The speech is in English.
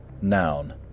Noun